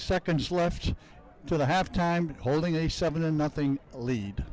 seconds left to the half time holding a seven and nothing lead